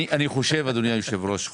אני חושב שחוק כזה חשוב,